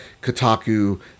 Kotaku